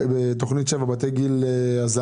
בתכנית 7, בתי גיל הזהב.